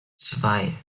zwei